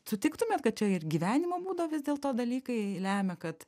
sutiktumėt kad čia ir gyvenimo būdo vis dėlto dalykai lemia kad